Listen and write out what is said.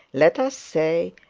let us say,